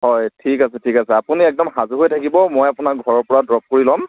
হয় ঠিক আছে ঠিক আছে আপুনি একদম সাজু হৈ থাকিব মই আপোনাক ঘৰৰ পৰা ড্ৰপ কৰি ল'ম